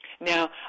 Now